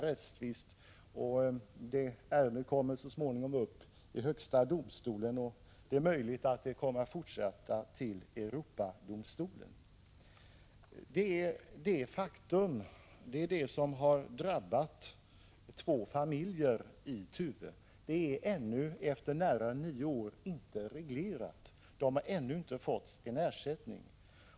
Målet kommer så småningom upp i högsta domstolen. Det är möjligt att det kommer att fortsätta till Europadomstolen. Två familjer i Tuve har alltså efter nära nio år ännu inte fått sina anspråk reglerade. De har inte fått någon ersättning.